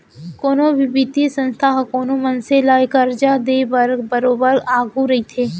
कोनो भी बित्तीय संस्था ह कोनो मनसे ल करजा देय बर बरोबर आघू रहिथे